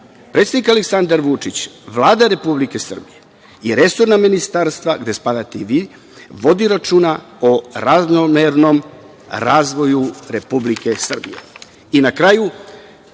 predsednik Aleksandar Vučić, Vlada Republike Srbije i resorna ministarstva, gde spadate i vi, vodi računa o ravnomernom razvoju Republike Srbije. Na